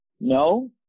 No